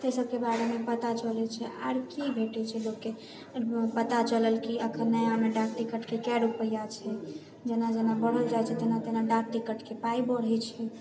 एहि सभके बारेमे पता चलैत छै आर कि भेटै छै लोकके आओर पता चलल कि अखन नयामे डाक टिकटके कय रुपैआ छै जेना जेना बढ़ल जाइत छै तेना तेना डाक टिकटके पाइ बढ़ैत छै